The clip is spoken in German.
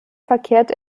verkehrte